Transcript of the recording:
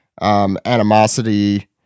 animosity